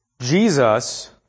Jesus